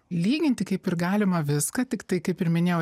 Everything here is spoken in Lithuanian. lyginti kaip ir galima viską tiktai kaip ir minėjau